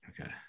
okay